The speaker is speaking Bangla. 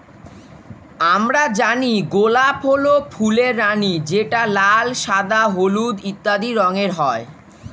আমরা জানি গোলাপ হল ফুলের রানী যেটা লাল, সাদা, হলুদ ইত্যাদি রঙের হয়